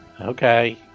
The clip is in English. Okay